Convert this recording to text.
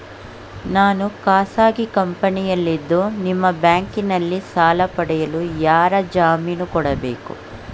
ನಾನು ಖಾಸಗಿ ಕಂಪನಿಯಲ್ಲಿದ್ದು ನಿಮ್ಮ ಬ್ಯಾಂಕಿನಲ್ಲಿ ಸಾಲ ಪಡೆಯಲು ಯಾರ ಜಾಮೀನು ಕೊಡಬೇಕು?